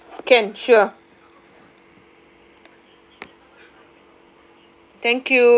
can sure